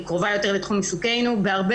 קודם כל לא מדובר על נשים ממגוון הקבוצות,